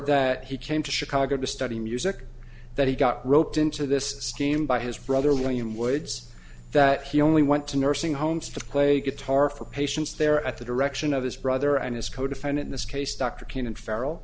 that he came to chicago to study music that he got roped into this scheme by his brother william woods that he only went to nursing homes to play guitar for patients there at the direction of his brother and his codefendant this case dr king and feral